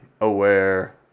aware